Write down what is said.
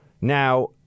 now